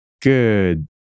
Good